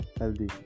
healthy